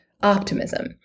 optimism